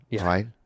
right